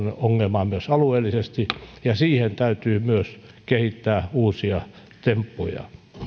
ongelmaan myös alueellisesti ja siihen täytyy myös kehittää uusia temppuja